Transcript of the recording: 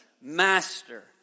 Master